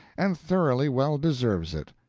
and thoroughly well deserves it.